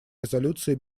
резолюции